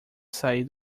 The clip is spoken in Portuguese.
sair